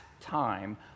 time